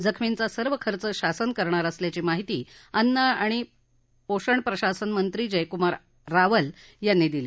जखमींचा सर्व खर्च शासन करणार असल्याची माहिती अन्न आणि औषण प्रशासन मंत्री जयकुमार रावल यांनी दिली